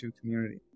community